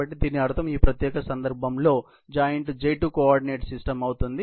కాబట్టి దీని అర్థం ఈ ప్రత్యేక సందర్భంలో జాయింట్ J2 కోఆర్డినేట్ సిస్టమ్ అవుతుంది